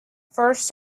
first